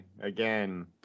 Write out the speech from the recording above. again